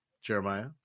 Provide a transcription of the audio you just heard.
Jeremiah